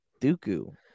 Dooku